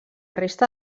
resta